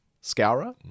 scourer